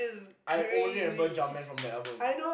I only remember Jarmen from the album